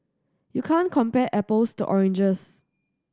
you can't compare apples to oranges